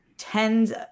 tens